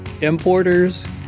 importers